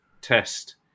test